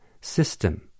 system